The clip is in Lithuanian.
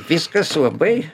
viskas labai